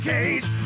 Cage